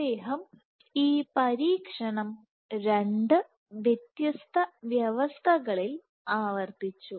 അദ്ദേഹം ഈ പരീക്ഷണം രണ്ടു വ്യത്യസ്ത വ്യവസ്ഥകളിൽ ആവർത്തിച്ചു